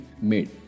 made